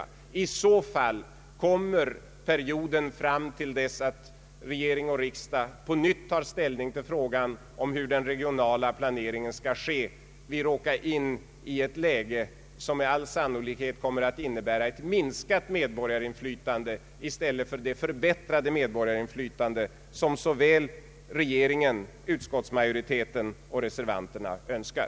Annars kommer vi under perioden fram till dess att regering och riksdag på nytt tar ställning tillfrågan om hur den regionala planeringen skall ske att råka in i ett läge, som med all sannolikhet kommer att innebära ett minskat medborgarinflytande i stället för det förbättrade medborgarinflytande som såväl regeringen som utskottsmajoriteten och reservanterna önskar.